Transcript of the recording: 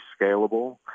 scalable